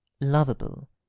lovable